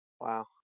Wow